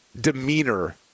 demeanor